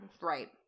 right